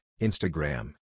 Instagram